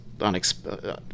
unexpected